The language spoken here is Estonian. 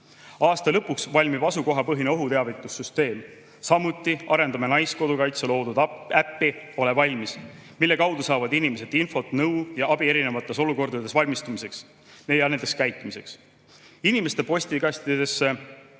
Aasta lõpuks valmib asukohapõhine ohuteavitussüsteem. Samuti arendame Naiskodukaitse loodud äppi "Ole valmis!", mille kaudu saavad inimesed infot, nõu ja abi erinevateks olukordadeks valmistumiseks ja nendes käitumiseks. Inimeste postkastidesse